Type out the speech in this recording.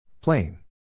Plain